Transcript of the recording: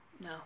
No